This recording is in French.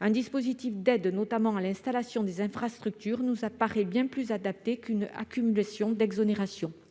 Un dispositif d'aide, notamment à l'installation des infrastructures, nous apparaît bien plus adapté qu'une accumulation d'exonérations.